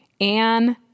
Anne